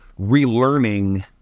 relearning